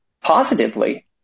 positively